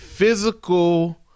physical